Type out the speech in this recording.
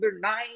nine